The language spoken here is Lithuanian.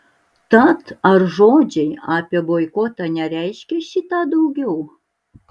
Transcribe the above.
tad ar žodžiai apie boikotą nereiškia šį tą daugiau